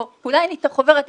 או אולי 'אין לי את החוברת,